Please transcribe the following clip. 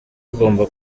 agomba